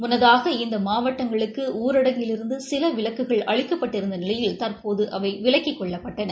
முள்ளதாக இந்த மாவட்டங்களுக்கு ஊரடங்கில் இருந்து சில விலக்குகள் அளிக்கப்பட்டிருந்த நிலையில் தற்போது அவை விலக்கிக் கொள்ளப்பட்டன